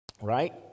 right